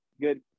Good